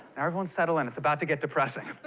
everyone, settle in. it's about to get depressing.